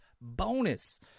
bonus